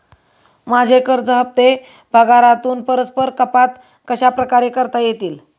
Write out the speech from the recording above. माझे कर्ज हफ्ते पगारातून परस्पर कपात कशाप्रकारे करता येतील?